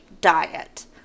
diet